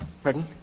Pardon